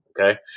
okay